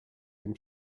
dem